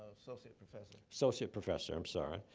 associate professor. associate professor, i'm sorry.